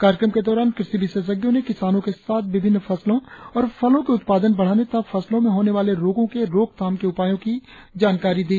कार्यक्रम के दौरान कृषि विशेषज्ञों ने किसानों के साथ विभिन्न फसलों और फलों के उत्पादन बढ़ाने तथा फसलों में होने वाले रोंगों के रोकथाम के उपायों की जानकारी दी